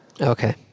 Okay